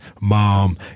mom